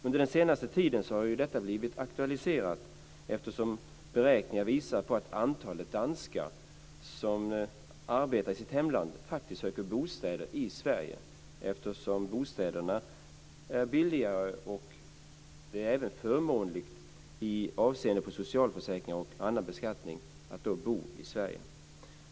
Under den senaste tiden har ju detta blivit aktualiserat, eftersom beräkningar visar att danskar som arbetar i sitt hemland faktiskt söker bostäder i Sverige, eftersom bostäderna är billigare och det även är förmånligt med tanke på socialförsäkringar och annan beskattning att bo i Sverige.